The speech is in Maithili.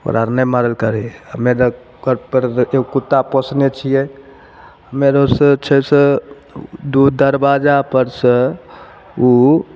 ओकरा आर नहि मारल करही हमे रऽ घरपर देखी कुत्ता पोसने छियै हमे छै से दूर दरबाजापर सऽ